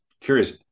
curious